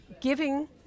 giving